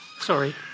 Sorry